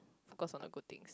focus on the good things